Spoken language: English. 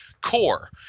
Core